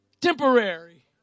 temporary